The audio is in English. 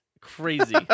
crazy